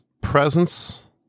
presence